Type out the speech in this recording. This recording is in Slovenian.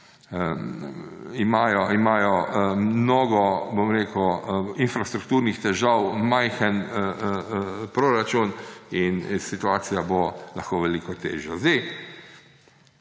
Imajo mnogo infrastrukturnih težav, majhen proračun in situacija bo lahko veliko težja. Jaz